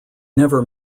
never